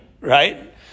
right